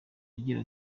agira